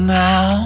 now